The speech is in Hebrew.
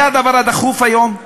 זה הדבר הדחוף היום,